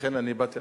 ולכן אני באתי,